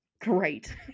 Great